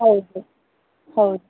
ಹೌದು ಹೌದು